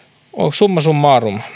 summa summarum